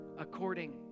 according